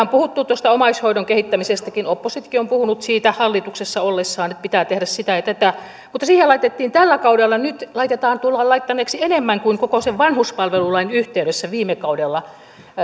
on puhuttu omaishoidon kehittämisestäkin oppositiokin on puhunut siitä hallituksessa ollessaan että pitää tehdä sitä ja tätä mutta siihen tällä kaudella tullaan laittaneeksi enemmän kuin koko sen vanhuspalvelulain yhteydessä viime kaudella